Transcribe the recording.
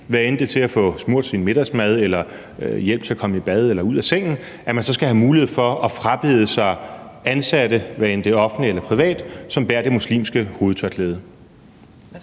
hvad enten det er til at få smurt sin middagsmad eller hjælp til at komme i bad eller ud af sengen – så skal man have mulighed for at frabede sig ansatte, hvad enten det er offentligt eller privat, som bærer det muslimske hovedtørklæde.